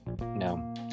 No